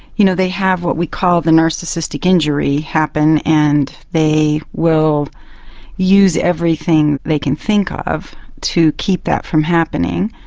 you know they have what we call the narcissistic injury happen and they will use everything they can think of to keep that from happening,